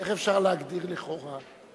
איך אפשר להגדיר "לכאורה"?